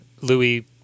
Louis